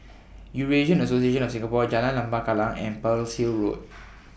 Eurasian Association of Singapore Jalan Lembah Kallang and Pearl's Hill Road